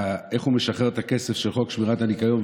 איך הוא משחרר את הכסף של חוק שמירת הניקיון,